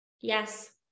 Yes